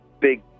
big